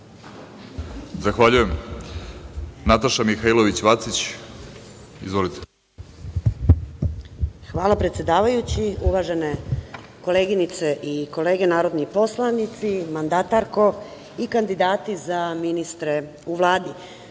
**Nataša Mihailović Vacić** Hvala predsedavajući. Uvažene koleginice i kolege narodni poslanici, mandatarko i kandidati za ministre u Vladi,